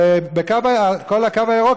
וכל הקו הירוק,